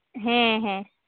ᱦᱮᱸ ᱦᱮᱸ